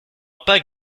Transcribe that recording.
pas